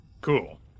Cool